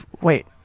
Wait